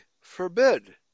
forbid